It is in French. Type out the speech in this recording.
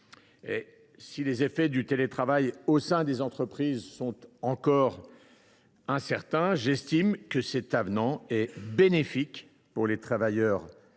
Si les effets du télétravail au sein des entreprises sont encore incertains, j’estime que cet avenant est bénéfique pour les travailleurs